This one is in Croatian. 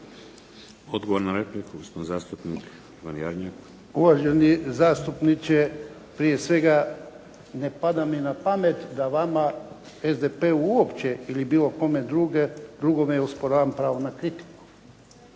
Odgovor na repliku, zastupnik Ivan Jarnjak. **Jarnjak, Ivan (HDZ)** Uvaženi zastupniče, prije svega ne pada mi na pamet da vama SDP uopće ili bilo kome drugome osporavam pravo na kritiku,